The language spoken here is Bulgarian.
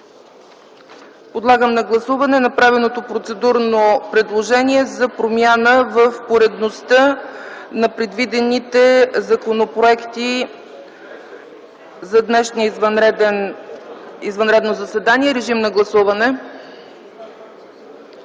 Подлагам на гласуване направеното процедурно предложение за промяна в поредността на предвидените законопроекти за днешното извънредно заседание. Гласували